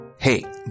Hey